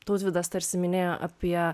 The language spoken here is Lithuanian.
tautvydas tarsi minėjo apie